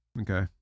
Okay